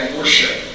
worship